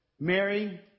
Mary